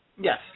Yes